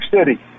City